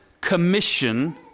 commission